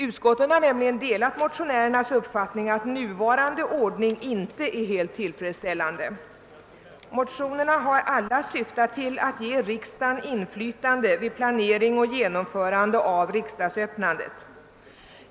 Utskottet har nämligen delat motionärernas uppfattning att nuvarande ordning inte är helt tillfredsställande. Motionerna har alla syftat till att ge riksdagen inflytande i planering och genomförande av riksdagsöppnandet.